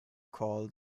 called